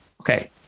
okay